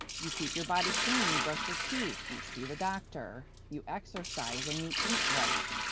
you keep your body clean, you brush your teeth, you see the doctor, you exercise, and you eat right.